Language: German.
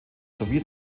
sowie